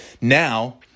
Now